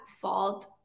fault